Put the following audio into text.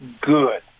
good